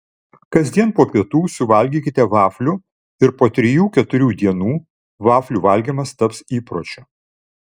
kasdien po pietų suvalgykite vaflių ir po trijų keturių dienų vaflių valgymas taps įpročiu